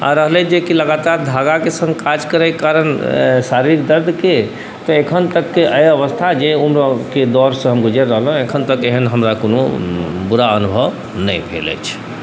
आओर रहलै जेकि लगातार धागाके सङ्ग काज करैके कारण शारीरिक दर्दके तऽ एखन तकके एहि अवस्था जाहि उम्रके दौरसँ हम गुजरलहुँ हँ एखन तक हमरा कोनो बुरा अनुभव नहि भेल अछि